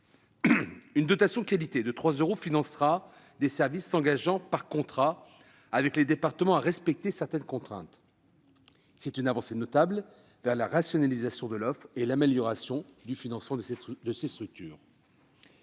Une « dotation qualité » de 3 euros financera des services s'engageant par contrat avec les départements à respecter certaines contraintes. C'est une avancée notable vers la rationalisation de l'offre et l'amélioration du financement de ces structures.